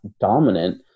dominant